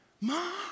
Mom